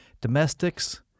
domestics